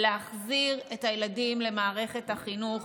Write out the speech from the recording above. להחזיר את הילדים למערכת החינוך,